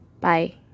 bye